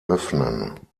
öffnen